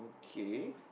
okay